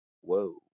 whoa